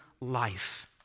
life